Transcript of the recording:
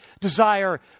desire